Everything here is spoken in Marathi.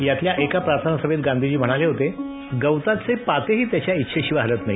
यातल्या एका प्रार्थनासभेत गांधीजी म्हणाले होते गवताचे पातेही त्याच्या इच्छेशिवाय हलत नाही